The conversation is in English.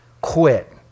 quit